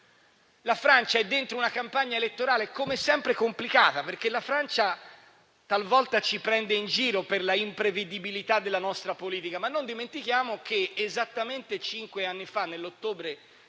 La Francia è dentro una campagna elettorale come sempre complicata. La Francia infatti talvolta ci prende in giro per l'imprevedibilità della nostra politica, ma non dimentichiamo che esattamente cinque anni fa, nell'ottobre